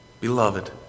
Beloved